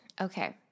Okay